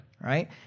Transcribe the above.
Right